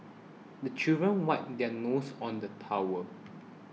the children wipe their noses on the towel